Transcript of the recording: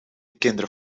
kinderen